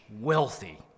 wealthy